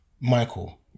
Michael